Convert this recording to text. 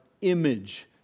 image